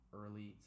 early